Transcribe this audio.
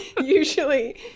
usually